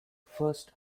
first